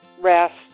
rest